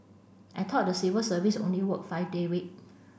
I thought the civil service only work five day week